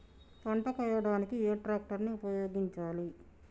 పంట కోయడానికి ఏ ట్రాక్టర్ ని ఉపయోగించాలి?